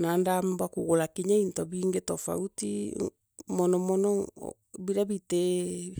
na ndomba inya kugura into bingi tofauti monomono bira bitiii.